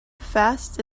fast